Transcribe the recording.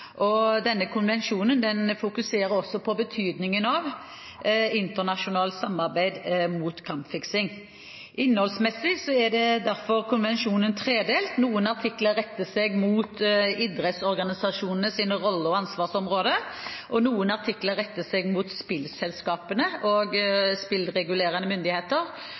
konvensjonen fokuserer også på betydningen av internasjonalt samarbeid mot kampfiksing. Innholdsmessig er derfor konvensjonen tredelt. Noen artikler retter seg mot idrettsorganisasjonenes roller og ansvarsområder, noen artikler retter seg mot spillselskapene og spillregulerende myndigheter,